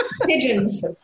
Pigeons